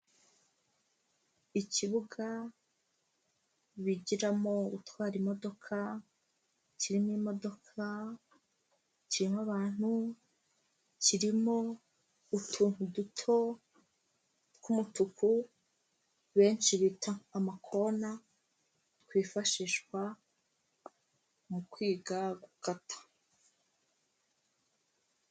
Ikibuga bigiramo gutwara imodoka, kirimo imodoka, kirimo abantu, kirimo utuntu duto tw'umutuku benshi bita amakona, twifashishwa mu kwiga gukata.